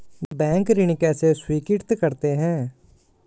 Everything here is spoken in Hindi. बैंक ऋण कैसे स्वीकृत करते हैं?